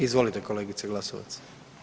Izvolite kolegice Glasovac.